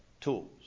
tools